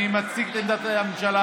אני מציג את עמדת הממשלה.